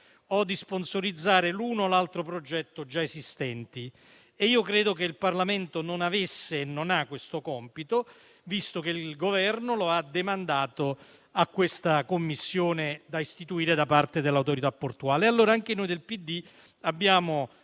o di sponsorizzare l'uno o l'altro progetto già esistenti. Io credo che il Parlamento non avesse e non ha questo compito, visto che il Governo lo ha demandato a questa commissione da istituire da parte dell'Autorità portuale. Allora, anche noi del PD abbiamo